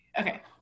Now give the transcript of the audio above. Okay